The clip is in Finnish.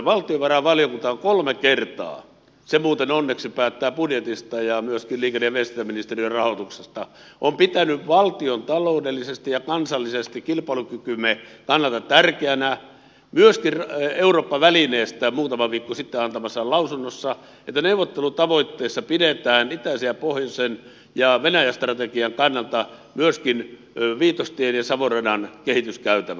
valtiovarainvaliokunta on kolme kertaa se muuten onneksi päättää budjetista ja myöskin liikenne ja viestintäministeriön rahoituksesta pitänyt valtiontaloudellisesti ja kansallisesti kilpailukykymme kannalta tärkeänä myöskin eurooppa välineestä muutama viikko sitten antamassaan lausunnossa että neuvottelutavoitteessa pidetään itäisen ja pohjoisen suomen ja venäjä strategian kannalta myöskin viitostien ja savon radan kehityskäytävä